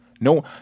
No